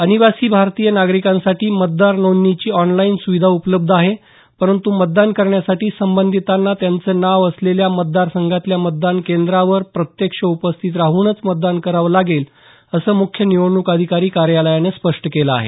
अनिवासी भारतीय नागरिकांसाठी मतदार नोंदणीची ऑनलाईन सुविधा उपलब्ध आहे परंतु मतदान करण्यासाठी संबंधितांना त्यांचं नाव असलेल्या मतदारसंघातल्या मतदान केंद्रावर प्रत्यक्ष उपस्थित राहूनच मतदान करावं लागेल असंही मुख्य निवडणूक अधिकारी कार्यालयानं स्पष्ट केले आहे